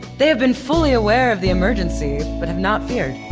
they have been fully aware of the emergency but have not feared.